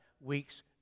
weeks